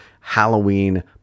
Halloween